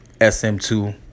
SM2